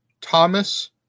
Thomas